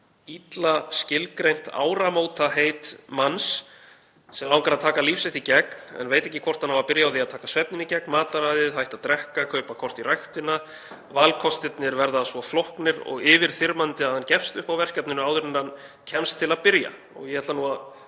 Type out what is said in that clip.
„illa skilgreint áramótaheit manns sem langar að taka líf sitt í gegn en veit ekki hvort hann á að byrja að taka svefninn í gegn, mataræðið, hætta að drekka eða kaupa kort í ræktina, valkostirnir verða svo flóknir og yfirþyrmandi að hann gefst upp á verkefninu áður en hann kemst til að byrja“. Ég ætla að